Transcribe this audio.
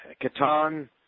Catan